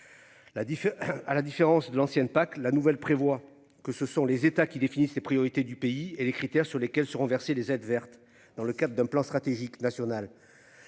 à la différence de l'ancienne Pâques la nouvelle prévoit que ce sont les États qui définit les priorités du pays et les critères sur lesquels seront versées les aides vertes dans le cadre d'un plan stratégique national.